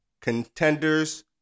Contenders